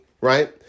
right